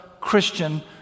Christian